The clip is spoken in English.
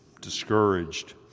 discouraged